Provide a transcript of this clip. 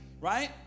right